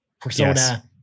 Persona